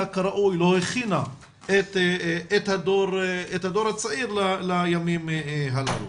כראוי ולא הכינה את הדור הצעיר לימים הללו.